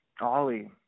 Ollie